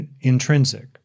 intrinsic